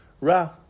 Ra